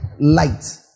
light